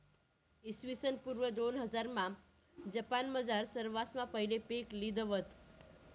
इसवीसन पूर्व दोनहजारमा जपानमझार सरवासमा पहिले पीक लिधं व्हतं